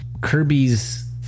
Kirby's